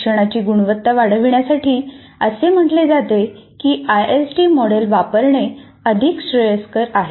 शिक्षणाची गुणवत्ता वाढविण्यासाठी असे म्हटले जाते की आयएसडी मॉडेल वापरणे अधिक श्रेयस्कर आहे